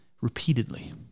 repeatedly